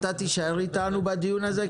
אתה תישאר איתנו בדיון הזה,